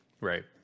right